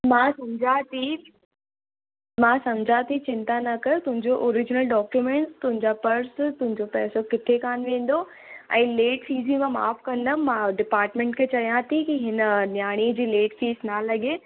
मां सम्झां थी मां सम्झां थी चिंता न कयो तुंहिंजो ओरिजनल डॉक्यूमेंट तुंहिंजा पर्स तुंहिंजो पैसो किथे कान वेंदो ऐं लेट फीस जी मां माफ़ु कंदमि मां डिपार्टमेंट खे चवां थी की हिन नियाणी जी लेट फीस न लॻे